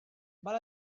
val